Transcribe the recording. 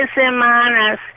semanas